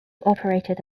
operated